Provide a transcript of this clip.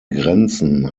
grenzen